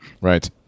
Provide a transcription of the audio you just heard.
Right